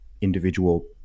individual